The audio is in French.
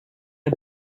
est